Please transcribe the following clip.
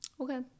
Okay